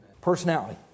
Personality